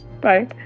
Bye